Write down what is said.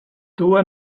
tuua